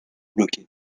bloquée